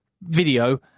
video